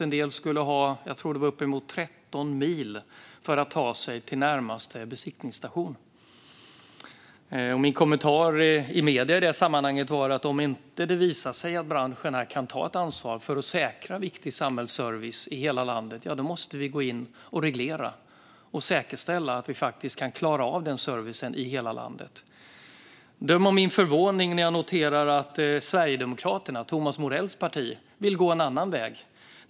En del skulle få upp till 13 mil för att ta sig till närmaste besiktningsstation. Min kommentar i medierna i det sammanhanget var att om det visar sig att branschen inte kan ta ansvar för att säkra viktig samhällsservice i hela landet måste vi reglera och säkerställa servicen i hela landet. Döm om min förvåning när jag noterar att Sverigedemokraterna, Thomas Morells parti, vill gå en annan väg.